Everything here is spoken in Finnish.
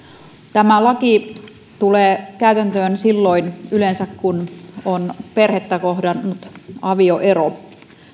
tämä laki tulee yleensä käytäntöön silloin kun on perhettä kohdannut avioero